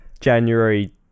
January